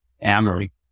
Amory